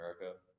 America